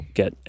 get